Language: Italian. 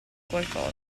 qualcosa